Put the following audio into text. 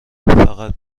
فقط